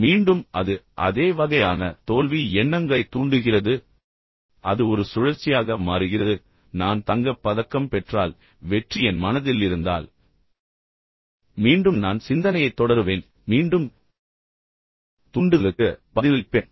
மீண்டும் அது அதே வகையான தோல்வி எண்ணங்களைத் தூண்டுகிறது பின்னர் அது ஒரு சுழற்சியாக மாறுகிறது நான் தங்கப் பதக்கம் பெற்றால் வெற்றி என் மனதில் இருந்தால் மீண்டும் நான் சிந்தனையைத் தொடருவேன் மீண்டும் தூண்டுதலுக்கு பதிலளிப்பேன்